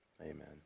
amen